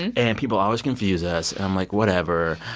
and and people always confuse us. and i'm like, whatever.